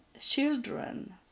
children